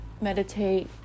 meditate